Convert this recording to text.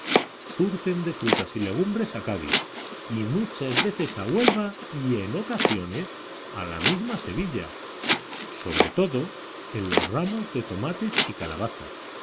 surten de frutas y legumbres a cádiz y muchas veces a huelva y en ocasiones a la misma sevilla sobre todo en los ramos de tomates y calabazas